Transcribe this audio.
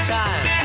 time